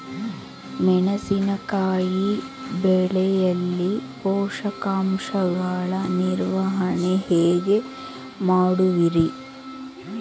ಮೆಣಸಿನಕಾಯಿ ಬೆಳೆಯಲ್ಲಿ ಪೋಷಕಾಂಶಗಳ ನಿರ್ವಹಣೆ ಹೇಗೆ ಮಾಡುವಿರಿ?